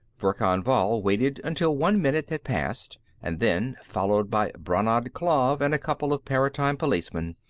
verkan vall waited until one minute had passed and then, followed by brannad klav and a couple of paratime policemen,